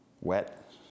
wet